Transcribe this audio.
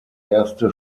erste